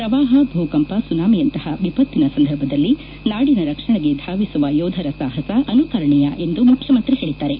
ಪ್ರವಾಹ ಭೂಕಂಪ ಸುನಾಮಿಯಂತಹ ವಿಪತ್ತಿನ ಸಂದರ್ಭದಲ್ಲಿ ನಾಡಿನ ರಕ್ಷಣೆಗೆ ಧಾವಿಸುವ ಯೋಧರ ಸಾಹಸ ಅನುಕರಣೀಯ ಎಂದು ಮುಖ್ಯಮಂತ್ರಿ ಹೇಳಿದ್ದಾರೆ